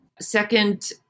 Second